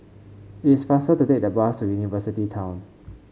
it is faster to take the bus to University Town